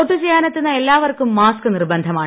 വോട്ടു ചെയ്യാനെത്തുന്ന എല്ലാവർക്കും മാസ്ക് നിർബന്ധമാണ്